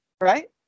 right